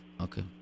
okay